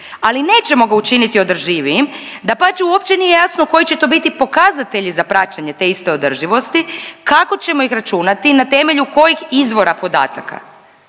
ali nećemo ga učiniti održivijim. Dapače, uopće nije jasno koji će to biti pokazatelji za praćenje te iste održivosti, kako ćemo ih računati, na temelju kojih izvora podataka?